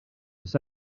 oes